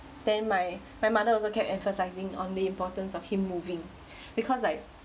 then my my mother also kept emphasising on the importance of him moving because like